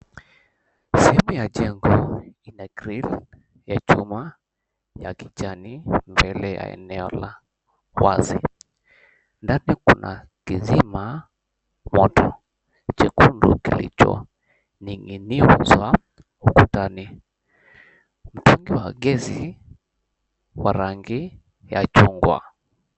Sehemu ya jengo ina grili ya chuma ya kijani mbele ya eneo la wazi. Ndani kuna kizima moto chekundu kilichoninginizwa ukutani, mtungi wa gesi wa rangi ya chungwa.